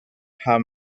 how